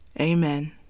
Amen